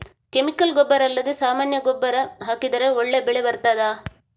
Chemical ಗೊಬ್ಬರ ಅಲ್ಲದೆ ಸಾಮಾನ್ಯ ಗೊಬ್ಬರ ಹಾಕಿದರೆ ಒಳ್ಳೆ ಬೆಳೆ ಬರ್ತದಾ?